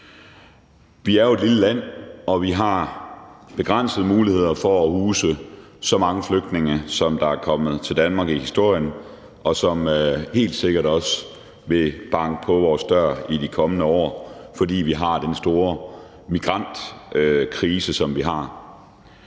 Vi er jo et lille land, og vi har begrænsede muligheder for at huse så mange flygtninge, som der historisk set er kommet til Danmark, og som helt sikkert også vil banke på vores dør i de kommende år, fordi vi har den store migrantkrise, som vi har.